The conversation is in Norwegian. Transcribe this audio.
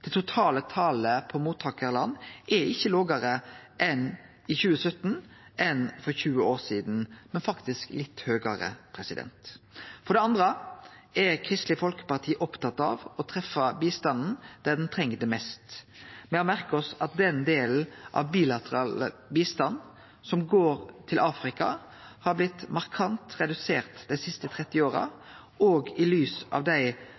Det totale talet på mottakarland er ikkje lågare i 2017 enn for 20 år sidan, men faktisk litt høgare. For det andre er Kristeleg Folkeparti opptatt av at bistanden treffer der han trengst mest. Me har merka oss at den delen av bilateral bistand som går til Afrika, har blitt markant redusert dei siste 30 åra, og i lys av dei